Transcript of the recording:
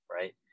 right